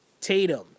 Tatum